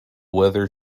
weather